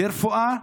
לרפואה,